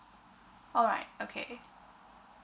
alright okay